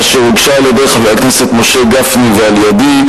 אשר הוגשה על-ידי חבר הכנסת משה גפני ועל-ידי,